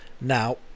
Now